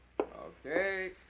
Okay